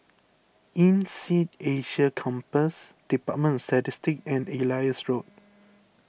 Insead Asia Campus Department Statistics and Elias Road